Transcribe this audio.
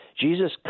Jesus